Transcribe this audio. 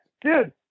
Dude